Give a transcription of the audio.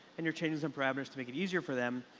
and you're changing some parameters to make it easier for them,